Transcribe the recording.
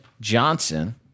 Johnson